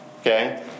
Okay